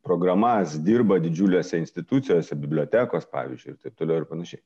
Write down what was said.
programas dirba didžiuliuose institucijose bibliotekos pavyzdžiui ir taip toliau ir panašiai